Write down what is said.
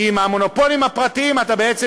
כי עם המונופולים הפרטיים אתה בעצם